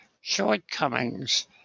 shortcomings